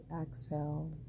exhale